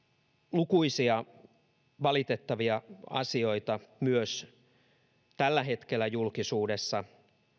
lukuisia valitettavia asioita myös tällä hetkellä julkisuudessa